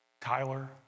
Tyler